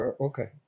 Okay